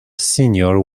senior